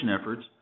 efforts